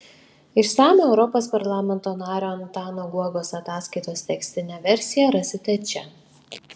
išsamią europos parlamento nario antano guogos ataskaitos tekstinę versiją rasite čia